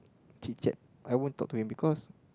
chit-chat I won't talk to him because